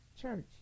church